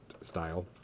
style